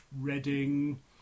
Reading